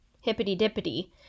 hippity-dippity